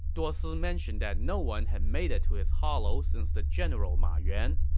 duosi mentioned that no one had made it to his hollow since the general ma yuan.